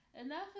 Enough